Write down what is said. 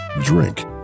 drink